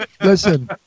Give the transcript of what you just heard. listen